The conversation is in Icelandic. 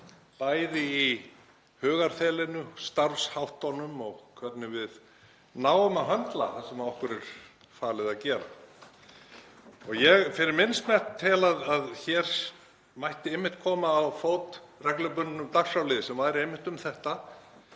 bæði í hugarfarinu, starfsháttunum og hvernig við náum að höndla það sem okkur er falið að gera. Ég fyrir minn smekk tel að hér mætti einmitt koma á fót reglubundnum dagskrárlið sem væri um þetta,